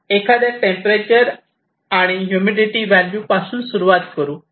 एखाद्या टेंपरेचर आणि humidity value पासून सुरुवात करू